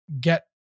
get